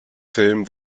film